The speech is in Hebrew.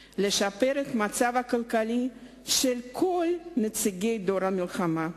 4. לשפר את המצב הכלכלי של כל נציגי דור המלחמה.